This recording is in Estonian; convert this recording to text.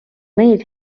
neid